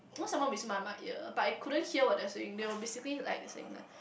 someone whispering on my ear but I couldn't hear what they're saying they were basically like saying that